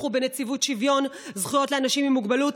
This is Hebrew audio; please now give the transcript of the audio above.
ובנציבות שוויון זכויות לאנשים עם מוגבלות,